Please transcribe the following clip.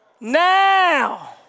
Now